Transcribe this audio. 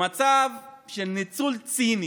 במצב של ניצול ציני